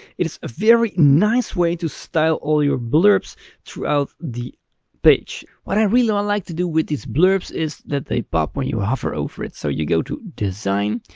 it's a very nice way to style all your blurbs throughout the page. what i really and like to do with these blurbs is that they pop when you hover over it. so you go to design,